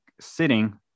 sitting